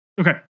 Okay